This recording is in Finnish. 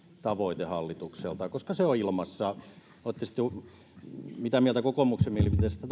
tavoite hallitukselta koska se on ilmassa olette sitten mitä mieltä tahansa kokoomuksen mielipiteestä